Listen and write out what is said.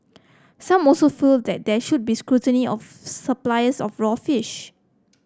some also felt that there should be scrutiny of suppliers of raw fish